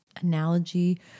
analogy